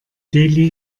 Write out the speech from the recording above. delhi